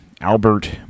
Albert